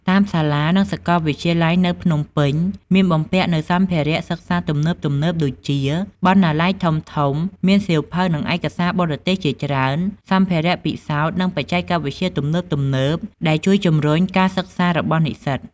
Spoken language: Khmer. តាមសាលានិងសាកលវិទ្យាល័យនៅភ្នំពេញមានបំពាក់នូវសម្ភារៈសិក្សាទំនើបៗដូចជា បណ្ណាល័យធំៗ មានសៀវភៅនិងឯកសារបរទេសជាច្រើន សម្ភារៈពិសោធន៍ និងបច្ចេកវិទ្យាទំនើបៗ ដែលជួយជំរុញការសិក្សារបស់និស្សិត។